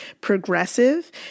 progressive